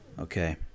okay